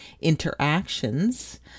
Interactions